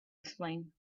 explain